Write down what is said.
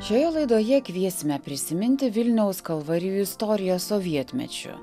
šioje laidoje kviesime prisiminti vilniaus kalvarijų istoriją sovietmečiu